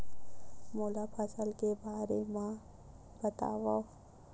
मोला फसल के बारे म बतावव?